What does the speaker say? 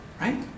Right